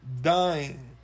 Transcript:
Dying